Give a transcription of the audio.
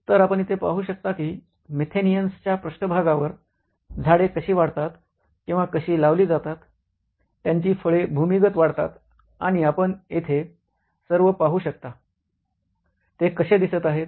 तर आपण इथे पाहू शकता की मेथेनिअन्सच्या पृष्ठभागावर झाडे कशी वाढतात किंवा कशी लावली जातात त्यांची फळे भूमिगत वाढतात आणि आपण येथे सर्व पाहू शकता ते कसे दिसत आहेत